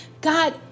God